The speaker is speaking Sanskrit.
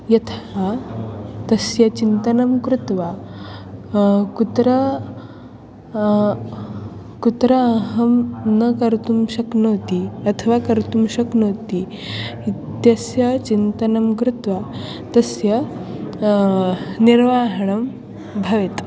यतः तस्य चिन्तनं कृत्वा कुत्र कुत्र अहं न कर्तुं शक्नोति अथवा कर्तुं शक्नोति इत्यस्य चिन्तनं कृत्वा तस्य निर्वहणं भवेत्